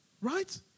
Right